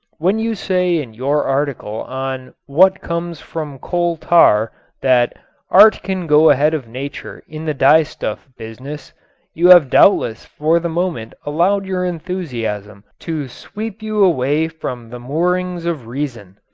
when you say in your article on what comes from coal tar that art can go ahead of nature in the dyestuff business you have doubtless for the moment allowed your enthusiasm to sweep you away from the moorings of reason.